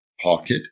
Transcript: pocket